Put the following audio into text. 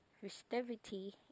festivity